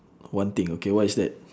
one thing okay what is that